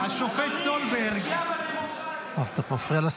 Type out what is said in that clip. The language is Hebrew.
--- השופט סולברג --- חבר הכנסת כהן,